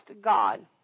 God